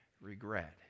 regret